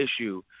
issue